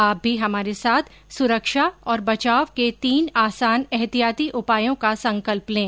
आप भी हमारे साथ सुरक्षा और बचाव के तीन आसान एहतियाती उपायों का संकल्प लें